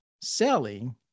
selling